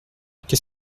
qu’est